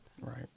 Right